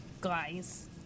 Guys